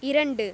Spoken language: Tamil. இரண்டு